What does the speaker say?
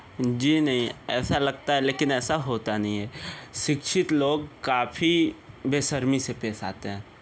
जी नहीं ऐसा लगता है लेकिन ऐसा होता नहीं है शिक्षित लोग काफ़ी बेशर्मी से पेश आते हैं